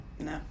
No